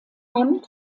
hand